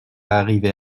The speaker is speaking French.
arriver